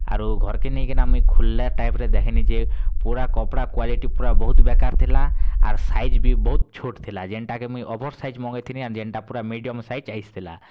ଆରୁ ଘର୍ କେ ନେଇକି ନା ମୁଁ ଖୁଲିଲା ଟାଇମରେ ଦେଖିନି ଯେ ପୁରା କପଡ଼ା କ୍ୱାଲିଟି ପୁରା ବହୁତ ବେକାର୍ ଥିଲା ଆର୍ ସାଇଜ୍ ବି ବହୁତ ଛୋଟ୍ ଥିଲା ଯେନ୍ଟା କି ମୁଇଁ ଓଭର୍ ସାଇଜ୍ ମଗେଇଥିଲି ଆଉ ଯେନ୍ତା ପୁରା ମିଡ଼ିଅମ୍ ସାଇଜ୍ ଆସିଥିଲା